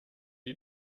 die